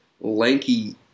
lanky